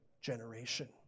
generation